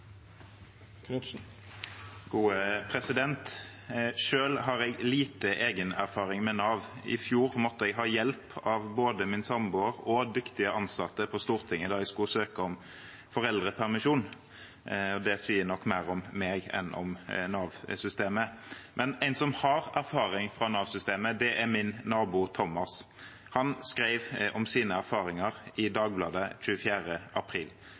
har jeg liten egenerfaring med Nav. I fjor måtte jeg ha hjelp av både min samboer og dyktige ansatte på Stortinget da jeg skulle søke om foreldrepermisjon. Det sier nok mer om meg enn om Nav-systemet. Men en som har erfaring fra Nav-systemet, er min nabo, Thomas. Han skrev om sine erfaringer i Dagbladet 24. april.